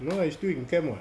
no lah he still in camp [what]